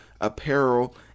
apparel